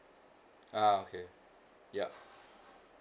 ah okay yup